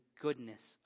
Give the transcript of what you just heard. goodness